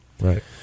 Right